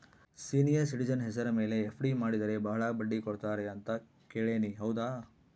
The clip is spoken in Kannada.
ಸೇನಿಯರ್ ಸಿಟಿಜನ್ ಹೆಸರ ಮೇಲೆ ಎಫ್.ಡಿ ಮಾಡಿದರೆ ಬಹಳ ಬಡ್ಡಿ ಕೊಡ್ತಾರೆ ಅಂತಾ ಕೇಳಿನಿ ಹೌದಾ?